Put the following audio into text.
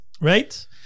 Right